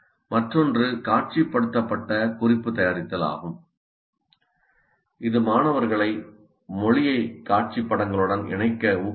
மற்றொன்று காட்சிப்படுத்தப்பட்ட குறிப்பு தயாரித்தல் ஆகும் இது மாணவர்களை மொழியை காட்சி படங்களுடன் இணைக்க ஊக்குவிக்கிறது